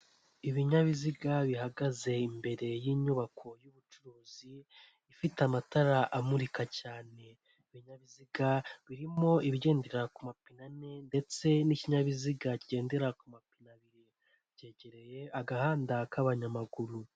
Ibinyabiziga bihagaze imbere y'inyubako y'ubucuruzi, ifite amatara amurika cyane ibinyabiziga birimo ibigendera ku mapine ane, ndetse n'ikinyabiziga kigendera ku mapine abiri byegereye agahanda k'abanyamaguru.